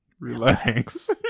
relax